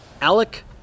Alec